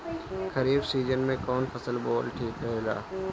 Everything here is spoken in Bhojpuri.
खरीफ़ सीजन में कौन फसल बोअल ठिक रहेला ह?